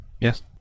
Yes